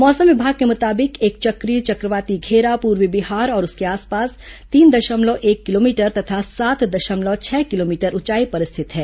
मौसम विभाग के मुताबिक एक चक्रीय चक्रवाती घेरा पूर्वी बिहार और उसके आसपास तीन दशमलव एक किलोमीटर तथा सात दशमलव छह किलोमीटर ऊंचाई पर स्थित है